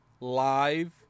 live